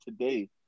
today